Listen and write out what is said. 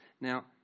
Now